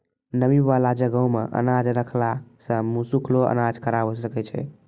नमी बाला जगहो मे अनाज रखला से सुखलो अनाज खराब हुए सकै छै